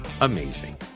amazing